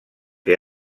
que